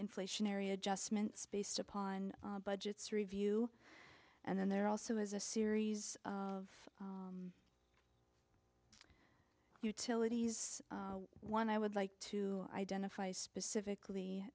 inflationary adjustments based upon budgets review and then there also is a series of utilities one i would like to identify specifically